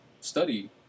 study